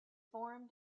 formed